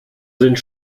sind